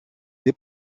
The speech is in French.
des